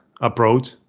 approach